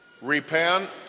Repent